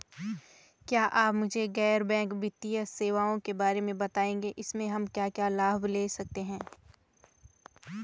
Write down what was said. क्या आप मुझे गैर बैंक वित्तीय सेवाओं के बारे में बताएँगे इसमें हम क्या क्या लाभ ले सकते हैं?